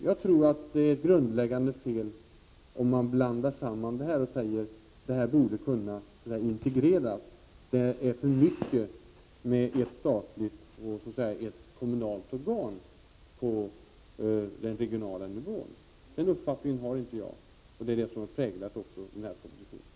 Jag tror att det är ett grundläggande fel om man blandar samman detta och säger att vissa funktioner borde kunna integreras och att det är för mycket med ett statligt och ett kommunalt organ på den regionala nivån. Den uppfattningen har inte jag. Det är också det som har präglat denna proposition.